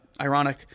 Ironic